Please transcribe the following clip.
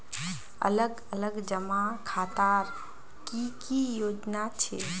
अलग अलग जमा खातार की की योजना छे?